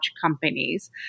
companies